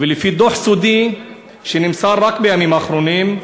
ולפי דוח סודי שנמסר רק בימים האחרונים,